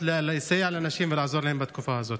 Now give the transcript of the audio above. לסייע לאנשים ולעזור להם בתקופה הזאת.